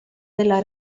della